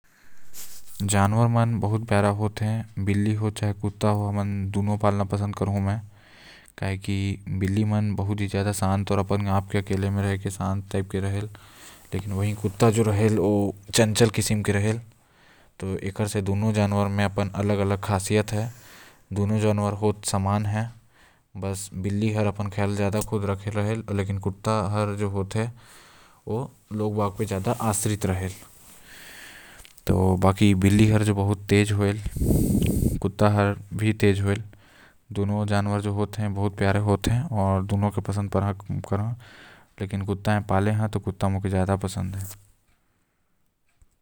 जानवर मन बहुत शांत आऊ प्यारा होते जैसे बिल्ली हो गाइस जो स्वभाव से शांत होते अउर कुत्ता हो गइस जो थोड़ा चंचल स्वभाव कके होएले।